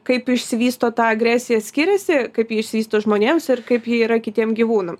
kaip išsivysto ta agresija skiriasi kaip ji išsivysto žmonėms ir kaip ji yra kitiem gyvūnam